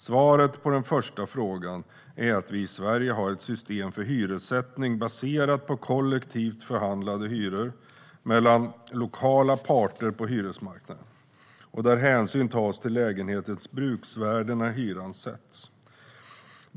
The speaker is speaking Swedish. Svaret på den första frågan är att vi i Sverige har ett system för hyressättning som är baserat på kollektivt förhandlade hyror mellan lokala parter på hyresmarknaden, där hänsyn tas till lägenhetens bruksvärde när hyran sätts.